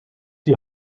die